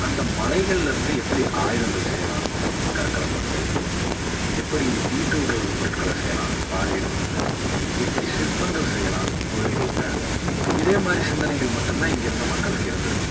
அந்த மலைகளில் இருந்து எப்படி ஆயுதங்கள் செய்யலாம் கற்களை கொண்டு எப்படி வீட்டு உபயோக பொருட்களை செய்யலாம் பாறைகளை கொண்டு எப்படி சிற்பங்கள் செய்யலாம் கோவில்களுக்காக இப்போ இதே மாதிரி சிந்தனைகள் மட்டும்தான் இங்கே இருந்த மக்களுக்கு இருந்தது